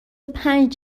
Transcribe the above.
پنج